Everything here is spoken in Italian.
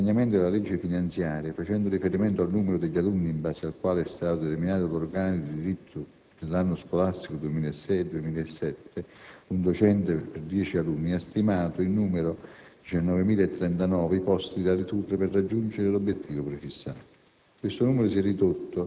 La relazione di accompagnamento della legge finanziaria, facendo riferimento al numero degli alunni in base al quale è stato determinato l'organico di diritto dell'anno scolastico 2006-2007 (un docente per 10 alunni), ha stimato in 19.039 i posti da ridurre per raggiungere l'obiettivo prefissato.